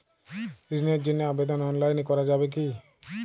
ঋণের জন্য আবেদন অনলাইনে করা যাবে কি?